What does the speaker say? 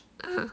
ah